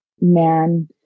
man